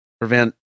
Prevent